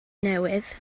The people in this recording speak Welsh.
newydd